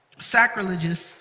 sacrilegious